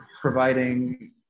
providing